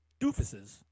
Doofuses